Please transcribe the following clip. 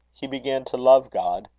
he began to love god.